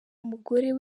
umugore